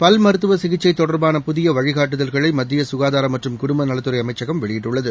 பல் மருத்துவ சிகிச்சை தொடர்பான புதிய வழிகாட்டுதல்களை மத்திய சுகாதார மற்றும் குடும்பநலத்துறை அமைச்சகம் வெளியிட்டுள்ளது